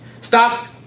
Stop